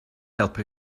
helpu